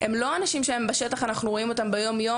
הם לא אנשים שהם בשטח שאנחנו רואים אותם כסטודנטים,